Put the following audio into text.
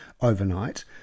overnight